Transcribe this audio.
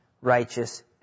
righteous